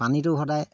পানীটো সদায়